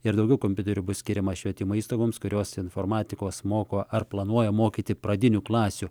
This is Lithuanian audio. ir daugiau kompiuterių bus skiriama švietimo įstaigoms kurios informatikos moko ar planuoja mokyti pradinių klasių